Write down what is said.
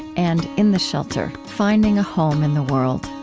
and in the shelter finding a home in the world